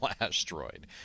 asteroid